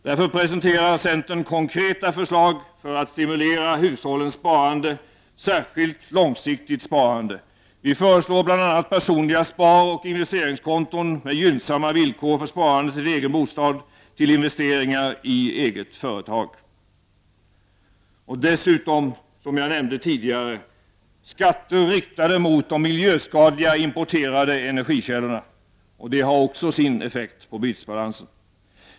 Därför presenterar centern konkreta förslag för att stimulera hushållens sparande, särskilt långsiktigt sparande. Vi föreslår bl.a. personliga sparoch investeringskonton med gynnsamma villkor för sparande till egen bostad och till investeringar i eget företag — och dessutom, som jag nämnde tidigare, skatter riktade mot de miljöskadliga importerade energikällorna. Det har också sin effekt på bytesbalansen.